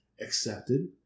accepted